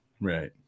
Right